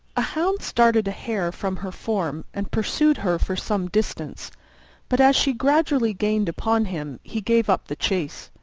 a hound started a hare from her form, and pursued her for some distance but as she gradually gained upon him, he gave up the chase.